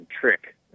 trick